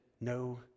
no